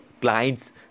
clients